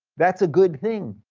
that's a good thing.